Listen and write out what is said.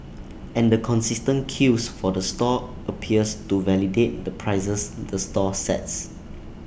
and the consistent queues for the stall appears to validate the prices the stall sets